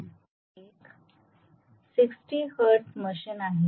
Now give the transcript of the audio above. हे एक 60 hertz machine आहे